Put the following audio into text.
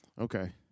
Okay